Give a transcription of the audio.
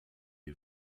est